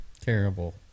terrible